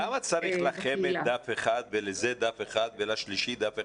למה צריך לחמ"ד דף אחד ולזה דף אחד ולשלישי דף אחד?